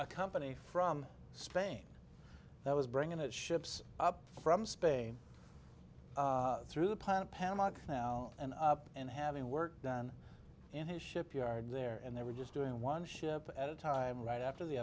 a company from spain that was bringing the ships up from spain through the plant panama now and up and having work done in his shipyard there and they were just doing one ship at a time right after the